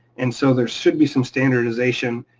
and so there should be some standardization.